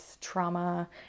trauma